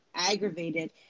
aggravated